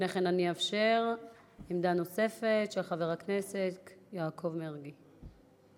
עמדה נוספת ליעקב מרגי.